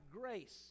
grace